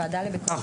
אני